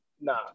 nah